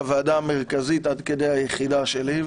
הוועדה המרכזית עד כדי היחידה שלי.